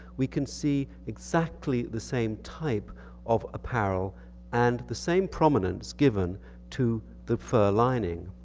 we can see exactly the same type of apparel and the same prominence given to the fur lining.